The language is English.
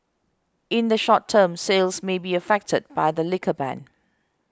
in the short term sales may be affected by the liquor ban